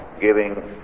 giving